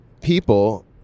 people